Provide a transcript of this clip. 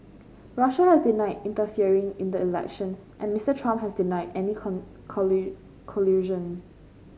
Russia has denied interfering in the election and Mister Trump has denied any collusion